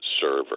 server